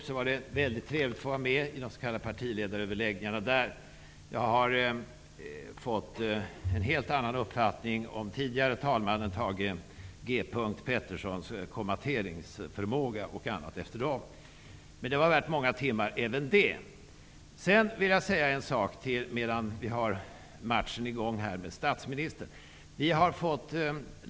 Det var väldigt trevligt att få vara med i de s.k. partiledaröverläggningarna om författningsfrågorna. Jag har efter dessa överläggningar fått en helt annan uppfattning om bl.a. tidigare talman Thage G Petersons kommateringsförmåga. Det var värt många timmar även det. Medan jag har matchen med statsministern i gång vill jag ta upp också en annan sak.